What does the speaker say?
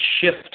shift